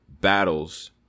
Battles